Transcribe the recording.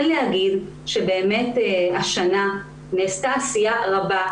השנה נעשתה עשייה רבה.